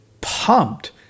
pumped